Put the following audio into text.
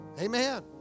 Amen